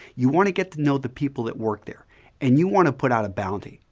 you want to get to know the people that work there and you want to put out a bounty.